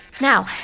Now